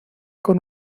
con